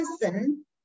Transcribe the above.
person